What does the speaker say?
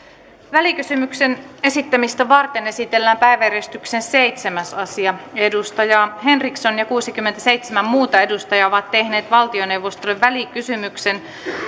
välikysymyksen esittämistä varten esitellään päiväjärjestyksen seitsemäs asia edustaja henriksson ja kuusikymmentäseitsemän muuta edustajaa ovat tehneet valtioneuvostolle välikysymyksen yksi